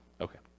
Okay